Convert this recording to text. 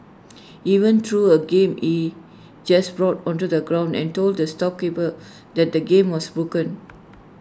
even threw A game he just bought onto the ground and told the storekeeper that the game was broken